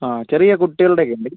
ആ ചെറിയ കുട്ടികളുടെ ഒക്കെ ഉണ്ടോ